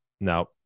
Now